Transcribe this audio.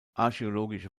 archäologische